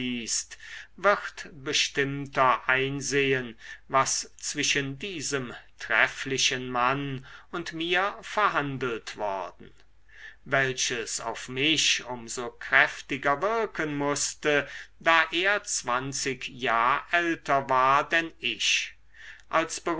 wird bestimmter einsehen was zwischen diesem trefflichen manne und mir verhandelt worden welches auf mich um so kräftiger wirken mußte da er zwanzig jahr älter war denn ich als